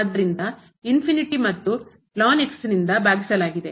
ಆದ್ದರಿಂದ ಮತ್ತು ಭಾಗಿಸಲಾಗಿದೆ